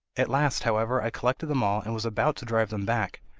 at last, however, i collected them all and was about to drive them back,